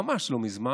ממש לא מזמן.